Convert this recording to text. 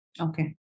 Okay